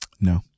No